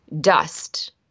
dust